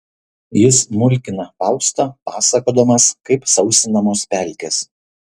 jis mulkina faustą pasakodamas kaip sausinamos pelkės